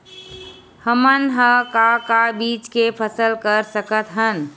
हमन ह का का बीज के फसल कर सकत हन?